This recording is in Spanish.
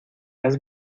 has